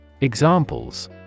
Examples